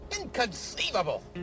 Inconceivable